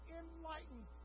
enlightened